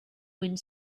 wind